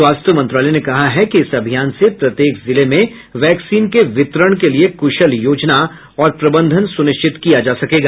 स्वास्थ्य मंत्रालय ने कहा है कि इस अभियान से प्रत्येक जिले में वैक्सीन के वितरण के लिए कुशल योजना और प्रबंधन सुनिश्चित किया जा सकेगा